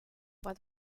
what